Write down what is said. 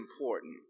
important